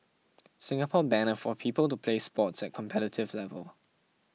Singapore banner for people to play sports at competitive level